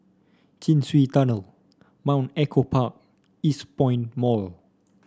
Chin Swee Tunnel Mount Echo Park Eastpoint Mall